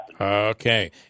Okay